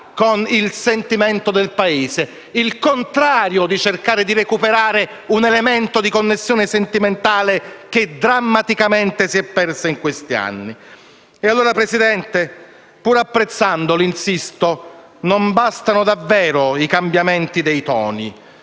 con il sentimento del Paese, avete fatto il contrario di cercare di recuperare un elemento di connessione sentimentale che drammaticamente si è persa in questi anni. Signor Presidente, pur apprezzandoli - insisto - non bastano davvero i cambiamenti dei toni.